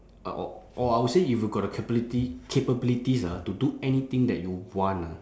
uh or or I would say if you got the capability capabilities ah to do anything that you want ah